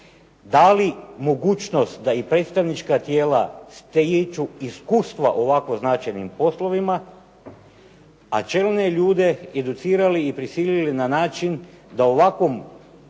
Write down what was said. dali mogućnost da i predstavnička tijela stječu iskustva u ovako značajnim poslovima, a čelne ljude educirali i prisilili na način da u ovakvim